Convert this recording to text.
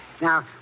Now